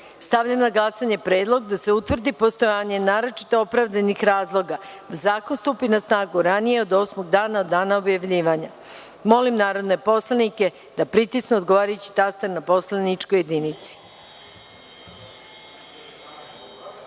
na glasanje predlog da se utvrdi postojanje naročito opravdanih razloga da zakon stupi na snagu ranije od osmog dana od dana objavljivanja. Molim narodne poslanike da pritisnu odgovarajući taster na poslaničkoj